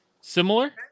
similar